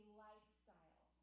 lifestyle